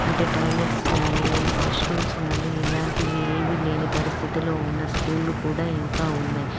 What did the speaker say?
అంటే టాయిలెట్స్ కాని వాష్రూమ్స్ కాని ఇలాంటివి ఏవి లేని పరిస్థితుల్లో ఉన్న స్కూళ్ళు కూడా ఇంకా ఉన్నాయి